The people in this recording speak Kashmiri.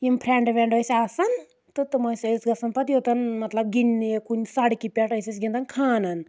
یِم فرینڈ وینڈ ٲسۍ آسان تہٕ تِم ٲسۍ گَژھان پَتہٕ یوٚتن مطلب گِندنہِ سڑکہِ پؠٹھ ٲسۍ أسۍ گِندان کھانَن